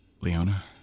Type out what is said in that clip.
Leona